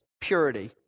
purity